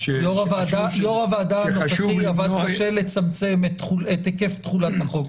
יו"ר הוועדה הנוכחי עבד קשה לצמצם את היקף תחולת החוק.